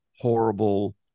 horrible